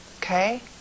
Okay